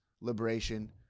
Liberation